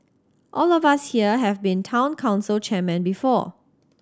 all of us here have been Town Council chairmen before